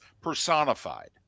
personified